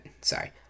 Sorry